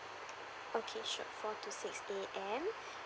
okay sure four to six A_M